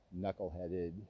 knuckleheaded